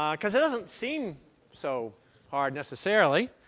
um because it doesn't seem so hard, necessarily.